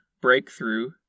Breakthrough